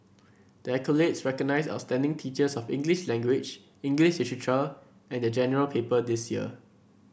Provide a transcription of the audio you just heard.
the accolades recognise outstanding teachers of English language English literature and the General Paper this year